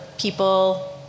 people